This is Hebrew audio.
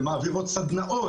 ומעבירות סדנאות,